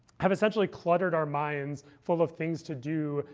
have essentially cluttered our minds full of things to do.